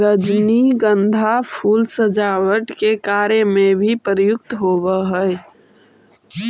रजनीगंधा फूल सजावट के कार्य में भी प्रयुक्त होवऽ हइ